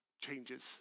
changes